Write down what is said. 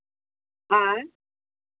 आँय